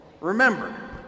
Remember